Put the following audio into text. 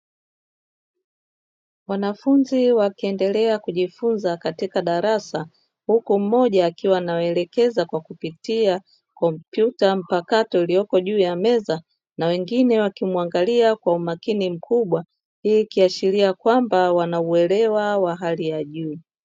Wanafunzi wakiendelea kujifunza katika darasa, huku mmoja akiwa anawaelekeza kwa kupitia kompyuta mpakato iliyopo juu ya meza na wengine wakimuangalia kwa umakini mkubwa. Hii ikiashiria kwamba wanauelewa wa hali ya juu.